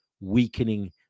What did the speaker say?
weakening